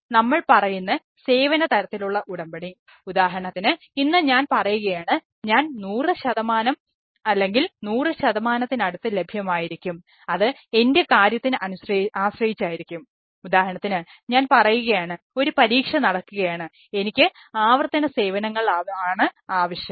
അതെന്തെന്നാൽ നമ്മൾ പറയുന്ന സേവന തരത്തിലുള്ള ഉടമ്പടി ഉദാഹരണത്തിന് ഇന്ന് ഞാൻ പറയുകയാണ് ഞാൻ 100 അല്ലെങ്കിൽ 100 ശതമാനത്തിനടുത്ത് ലഭ്യമായിരിക്കും അത് എൻറെ കാര്യത്തിന് ആശ്രയിച്ചിരിക്കും ഉദാഹരണത്തിന് ഞാൻ പറയുകയാണ് ഒരു പരീക്ഷ നടക്കുകയാണ് എനിക്ക് ആവർത്തന സേവനങ്ങൾ ആണ് ആവശ്യം